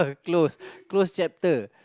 close close chapter